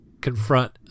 confront